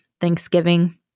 Thanksgiving